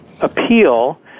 appeal